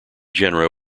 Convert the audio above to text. genera